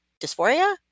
dysphoria